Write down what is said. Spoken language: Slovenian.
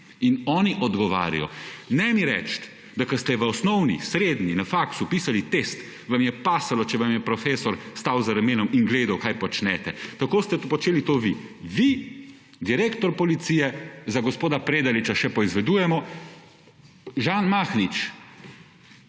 in oni odgovarjajo. Ne mi reči, da ko ste v osnovni, srednji, na faksu pisali test, vam je pasalo, če vam je profesor stal za ramenom in gledal, kaj počnete. Tako ste počeli to vi. Vi, direktor policije, za gospoda Predaliča še poizvedujemo, Žan Mahnič.